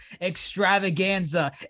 extravaganza